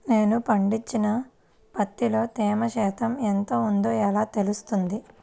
నేను పండించిన పత్తిలో తేమ శాతం ఎంత ఉందో ఎలా తెలుస్తుంది?